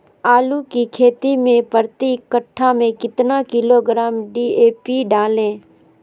आलू की खेती मे प्रति कट्ठा में कितना किलोग्राम डी.ए.पी डाले?